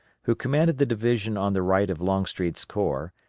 who commanded the division on the right of longstreet's corps,